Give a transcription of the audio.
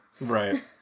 Right